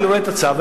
אני רואה את הצו,